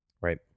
Right